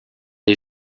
est